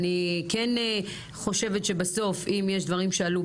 אני כן חושבת שבסוף אם יש דברים שעלו